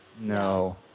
No